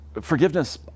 forgiveness